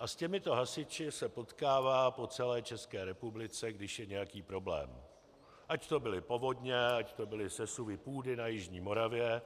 S těmito hasiči se potkává po celé České republice, když je nějaký problém, ať to byly povodně, ať to byly sesuvy půdy na jižní Moravě,